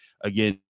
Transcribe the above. again